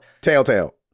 Telltale